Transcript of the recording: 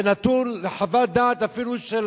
זה נתון לחוות דעת אפילו של